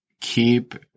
keep